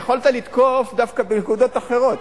יכולת לתקוף דווקא בנקודות אחרות,